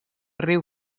riu